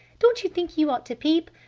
don't you think you ought to peep?